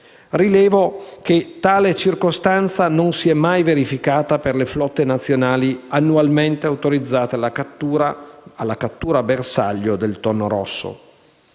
rilevo che tale circostanza non si è mai verificata per le flotte nazionali annualmente autorizzate alla cattura bersaglio del tonno rosso.